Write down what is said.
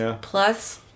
plus